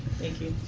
thank you.